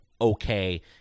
Okay